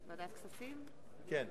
אנחנו